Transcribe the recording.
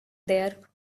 there